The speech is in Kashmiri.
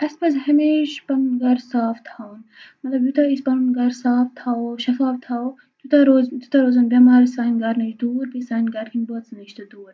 اَسہِ پَزِ ہمیشہِ پَنُن گرٕ صاف تھاوُن مطلب یوٗتاہ أسۍ پَنُن گَرٕ صاف تھاوَو شَفاف تھاوو تیوٗتاہ روز تیوٗتاہ روزَن بٮ۪مارِ سانہِ گَرٕ نِش دوٗر بیٚیہِ سانہِ گَرِکِنۍ بٲژن نِش تہِ دوٗر